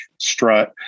strut